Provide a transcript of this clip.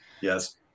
Yes